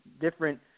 different